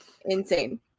insane